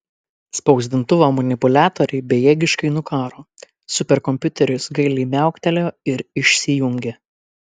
spausdintuvo manipuliatoriai bejėgiškai nukaro superkompiuteris gailiai miauktelėjo ir išsijungė